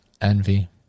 Envy